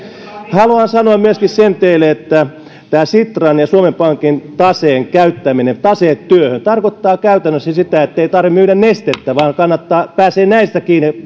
haluan sanoa teille myöskin sen että tämä sitran ja suomen pankin taseen käyttäminen taseet työhön tarkoittaa käytännössä sitä ettei tarvitse myydä nestettä vaan pääsee näistäkin